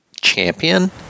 champion